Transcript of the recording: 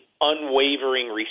unwavering